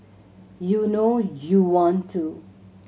you know you want to